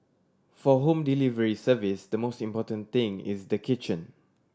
for home delivery service the most important thing is the kitchen